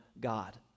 God